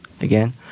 again